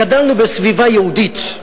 גדלנו בסביבה יהודית.